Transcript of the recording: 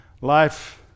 life